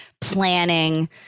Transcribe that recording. planning